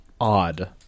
Odd